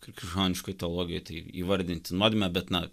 krikščioniškoj teologijoj tai įvardinti nuodėmę bet na